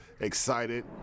excited